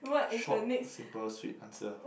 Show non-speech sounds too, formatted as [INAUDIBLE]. [BREATH] short simple sweet answer